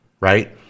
right